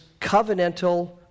covenantal